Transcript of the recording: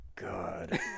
God